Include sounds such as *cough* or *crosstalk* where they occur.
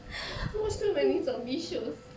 *laughs* watch too many zombie shows